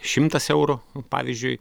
šimtas eurų pavyzdžiui